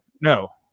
No